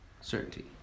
certainty